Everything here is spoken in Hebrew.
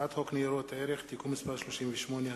הצעת חוק ניירות ערך (תיקון מס' 38),